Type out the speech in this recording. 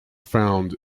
found